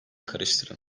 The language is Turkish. karıştırın